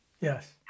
yes